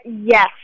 Yes